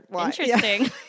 Interesting